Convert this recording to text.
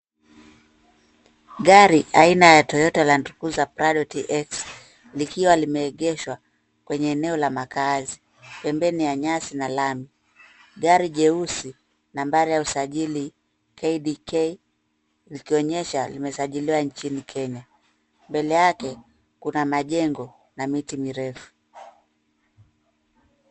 Gari aina ya Toyota Landcruiser Prado TX likiwa limeegeshwa kwenye eneo la makaazi, pembeni ya nyasi na lami. Gari jeusi nambari ya usajili KDK likionyesha limesajiliwa nchini Kenya. Mbele yake kuna majengo na miti mirefu.